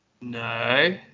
No